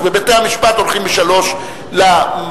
אז בבתי-המשפט הולכים בשלושה,